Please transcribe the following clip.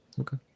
Okay